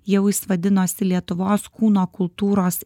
jau jis vadinosi lietuvos kūno kultūros